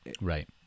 Right